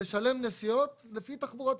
תשלם נסיעות לפי תחבורה,